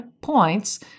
points